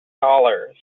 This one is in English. dollars